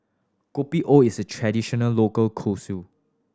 Kopi O is a traditional local cuisine